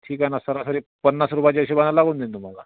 ठीक आहे ना सर हर एक पन्नास रुपयाच्या हिशोबान लावून देईन तुम्हाला